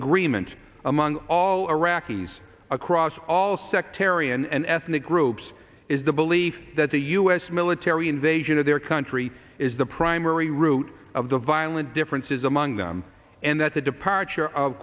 agreement among all iraqis across all sectarian and ethnic groups is the belief that the u s military invasion of their country is the primary root of the violent differences among them and that the departure of